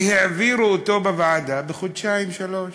והעבירו אותו בוועדה בחודשיים שלושה.